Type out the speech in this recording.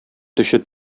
төче